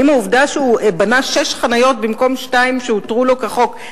האם העובדה שהוא בנה שש חניות במקום שתיים שהותרו לו כחוק,